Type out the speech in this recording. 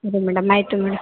ಸರಿ ಮೇಡಮ್ ಆಯಿತು ಮೇಡಮ್